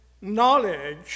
knowledge